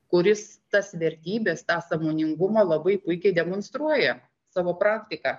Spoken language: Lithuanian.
kuris tas vertybes tą sąmoningumą labai puikiai demonstruoja savo praktika